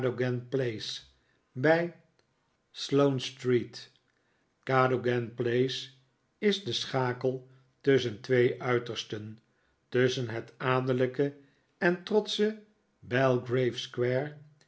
in cadogan place bij sloane street cadogan place is de schakel tusschen twee uitersten tusschen het adellijke en trotsche belgrave square